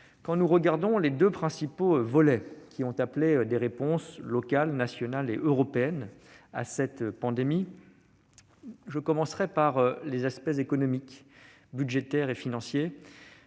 Je veux revenir sur les deux principaux volets qui ont appelé des réponses locales, nationales et européennes à cette pandémie. Je commencerai par les aspects économiques, budgétaires et financiers,